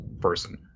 person